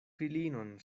filinon